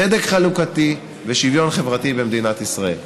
צדק חלוקתי ושוויון חברתי במדינת ישראל.